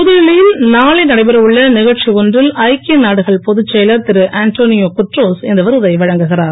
புதுடெல்லியில் நாளை நடைபெற உள்ள நிகழ்ச்சி ஒன்றில் ஐக்கிய நாடுகள் பொதுச் செயலர் திரு ஆண்டானியே குட்ரோஸ் இந்த விருதை வழங்குகிறார்